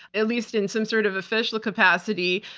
at least in some sort of official capacity,